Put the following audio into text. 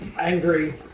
angry